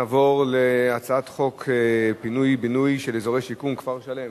נעבור להצעת חוק בינוי ופינוי של אזורי שיקום (כפר-שלם).